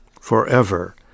forever